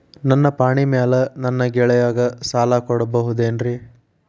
ನನ್ನ ಪಾಣಿಮ್ಯಾಲೆ ನನ್ನ ಗೆಳೆಯಗ ಸಾಲ ಕೊಡಬಹುದೇನ್ರೇ?